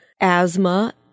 asthma